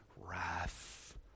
wrath